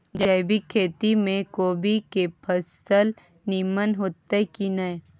जैविक खेती म कोबी के फसल नीमन होतय की नय?